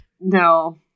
no